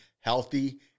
healthy